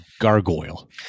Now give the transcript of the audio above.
gargoyle